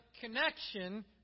connection